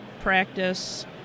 practice